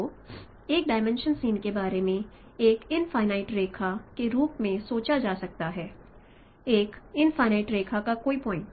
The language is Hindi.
तो एक डिमेंशन सीन के बारे में एक इन्फाईनाइट रेखा के रूप में सोचा जा सकता है एक इन्फाईनाइट रेखा पर कोई पॉइंट